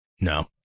no